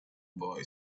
boy